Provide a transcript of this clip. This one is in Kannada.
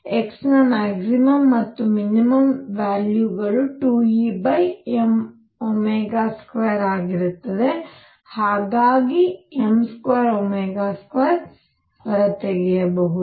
x ನ ಮ್ಯಾಕ್ಸಿಮಮ್ ಮತ್ತು ಮಿನಿಮಮ್ ವ್ಯಾಲ್ಯು 2Em2ಆಗಿರುತ್ತದೆ ಹಾಗಾಗಿ m22ಹೊರತೆಗೆಯಬಹುದು